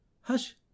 hush